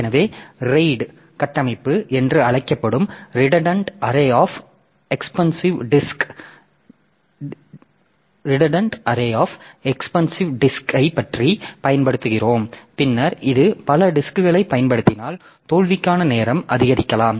எனவே RAID கட்டமைப்பு என்று அழைக்கப்படும் redundant array of expensive disk யைப் பயன்படுத்துகிறோம் பின்னர் இது பல டிஸ்க்களைப் பயன்படுத்தினால் தோல்விக்கான நேரம் அதிகரிக்கலாம்